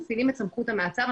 מפעילים את סמכות המעצר,